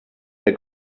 der